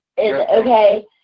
Okay